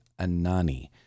Anani